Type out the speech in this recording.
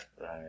Right